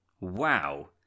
Wow